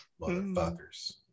motherfuckers